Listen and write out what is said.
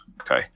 Okay